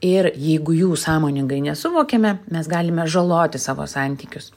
ir jeigu jų sąmoningai nesuvokiame mes galime žaloti savo santykius